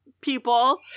people